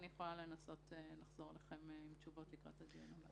אני יכולה לנסות לחזור אליכם עם תשובות לקראת הדיון הבא.